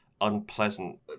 unpleasant